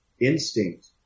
instinct